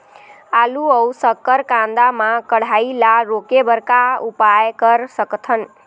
आलू अऊ शक्कर कांदा मा कढ़ाई ला रोके बर का उपाय कर सकथन?